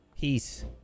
Peace